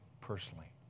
personally